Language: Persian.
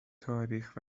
تاریخ